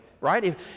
right